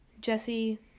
Jesse